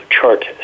chart